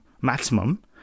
maximum